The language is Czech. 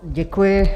Děkuji.